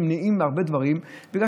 מיקדתי את דבריי היום דווקא בדברים אלו,